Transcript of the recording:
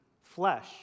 flesh